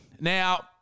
Now